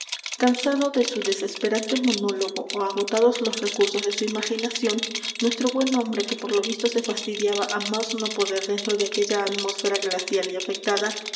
cansado de su desesperante monólogo ó agotados los recursos de su imaginación nuestro buen hombre que por lo visto se fastidiaba á más no poder dentro de aquella atmósfera glacial y afectada